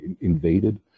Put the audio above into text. invaded